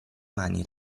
mani